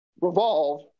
revolve